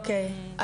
אוקי,